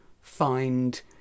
find